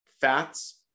fats